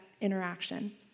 interaction